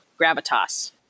gravitas